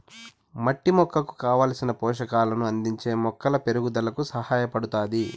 మట్టి మొక్కకు కావలసిన పోషకాలను అందించి మొక్కల పెరుగుదలకు సహాయపడుతాది